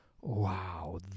wow